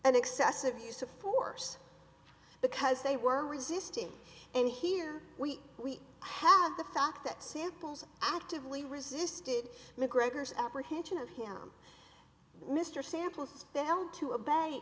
an excessive use of force because they were resisting and here we have the fact that samples actively resisted mcgregor's apprehension of him mr sample spam to a bank